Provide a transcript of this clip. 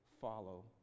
follow